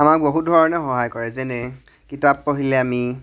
আমাক বহু ধৰণে সহায় কৰে যেনে কিতাপ পঢ়িলে আমি